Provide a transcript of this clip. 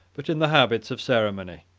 but in the habits of ceremony,